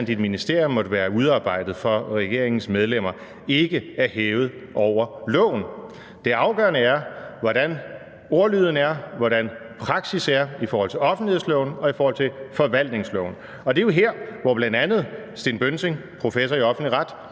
i et ministerium måtte være udarbejdet for regeringens medlemmer, ikke er hævet over loven. Det afgørende er, hvordan ordlyden er, hvordan praksis er i forhold til offentlighedsloven og i forhold til forvaltningsloven. Det er jo her, hvor bl.a. Steen Bønsing, professor i offentlig ret,